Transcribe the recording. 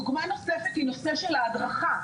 דוגמה נוספת היא נושא של ההדרכה.